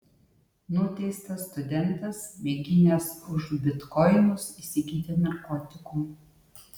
nuteistas studentas mėginęs už bitkoinus įsigyti narkotikų